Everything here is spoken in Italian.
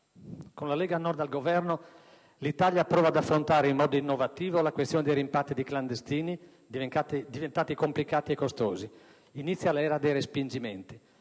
Con la Lega Nord al Governo, l'Italia prova ad affrontare in modo innovativo la questione dei rimpatri di clandestini, diventati complicati e costosi. Inizia l'era dei respingimenti.